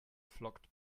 flockt